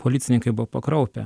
policininkai buvo pakraupę